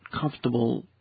comfortable